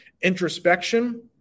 Introspection